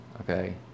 okay